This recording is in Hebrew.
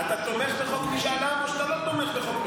אתה תומך בחוק משאל עם או לא תומך בחוק משאל עם?